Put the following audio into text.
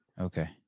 okay